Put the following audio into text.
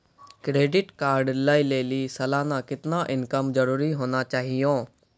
Credit card लय लेली सालाना कितना इनकम जरूरी होना चहियों?